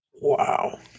Wow